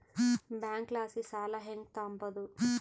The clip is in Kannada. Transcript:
ಬ್ಯಾಂಕಲಾಸಿ ಸಾಲ ಹೆಂಗ್ ತಾಂಬದು?